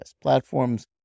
platforms